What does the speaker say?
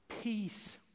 peace